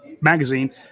magazine